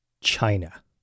China